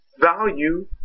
value